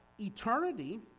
eternity